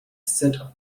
set